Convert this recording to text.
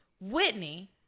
Whitney